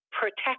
protect